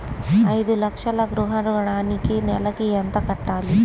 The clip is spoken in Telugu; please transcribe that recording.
ఐదు లక్షల గృహ ఋణానికి నెలకి ఎంత కట్టాలి?